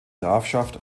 grafschaft